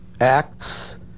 acts